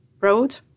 road